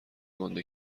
گنده